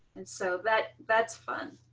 and so that that's fun.